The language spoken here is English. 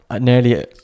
nearly